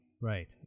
right